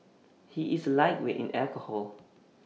he is A lightweight in alcohol